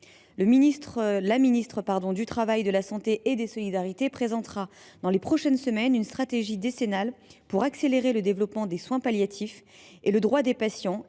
La ministre du travail, de la santé et des solidarités présentera dans les prochaines semaines une stratégie décennale pour accélérer le développement des soins palliatifs et pour améliorer le droit des patients